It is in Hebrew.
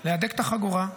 להדק את החגורה,